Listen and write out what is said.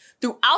throughout